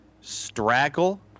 Straggle